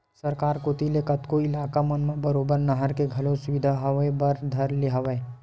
सरकार कोती ले कतको इलाका मन म बरोबर नहर के घलो सुबिधा होय बर धर ले हवय